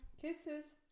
Kisses